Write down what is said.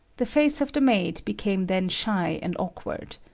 the face of the maid became then shy and awkward.